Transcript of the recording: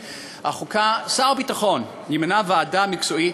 שר הביטחון ימנה ועדה מקצועית,